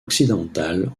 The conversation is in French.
occidentale